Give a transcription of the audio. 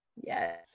Yes